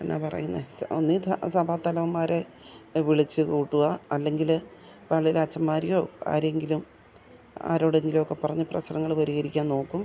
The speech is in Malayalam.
എന്നാ പറയുന്നത് ഒന്നീ സഭാതലവന്മാരെ വിളിച്ചു കൂട്ടുക അല്ലെങ്കിൽ പള്ളിയിലച്ചൻമാരെയോ ആരെയെങ്കിലും ആരോടെങ്കിലുമൊക്ക പറഞ്ഞു പ്രശ്നങ്ങൾ പരിഹരിക്കാൻ നോക്കും